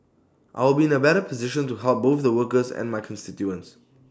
I'll be in A better position to help both the workers and my constituents